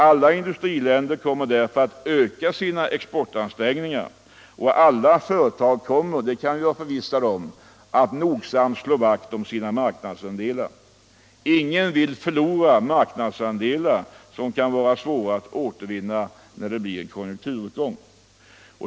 Alla industriländer kommer därför att öka sina exportansträngningar, och alla företag kommer — det kan vi vara förvissade om — att nogsamt slå vakt om sina marknadsandelar. Ingen vill förlora mark nadsandelar, som kan vara svåra att återvinna vid en konjunkturuppgång.